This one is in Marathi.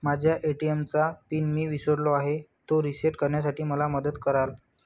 माझ्या ए.टी.एम चा पिन मी विसरलो आहे, तो रिसेट करण्यासाठी मला मदत कराल?